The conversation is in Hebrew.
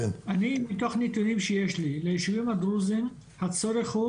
אני מתוך הנתונים שיש לי לישובים הדרוזים הצורך הוא,